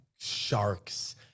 sharks